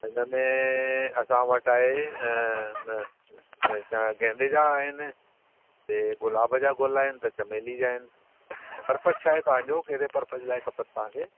इनमें असां वटि आहे गेंदे जा आहिनि हे गुलाब जा ग़ुल आहिनि त चमेली जा आहिनि पर्पस छा आहे तव्हां कहिड़े पर्पस लाइ खपनि तव्हांखे